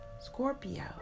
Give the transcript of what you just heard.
Scorpio